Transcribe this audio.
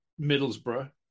Middlesbrough